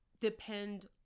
depend